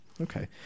Okay